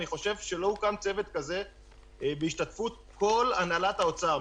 אני חושב שלא הוקם צוות כזה בהשתתפות כל הנהלת האוצר,